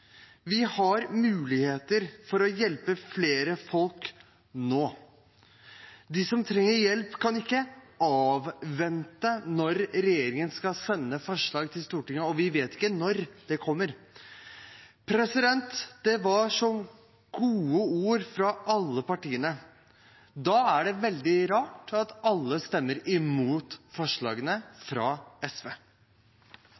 Vi har muligheter til å hjelpe flere folk nå. De som trenger hjelp, kan ikke vente på at regjeringen skal sende forslag til Stortinget, og vi vet ikke når det kommer. Det var så gode ord fra alle partiene. Da er det veldig rart at alle stemmer imot forslagene